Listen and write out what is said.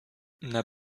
n’a